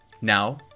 now